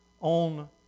on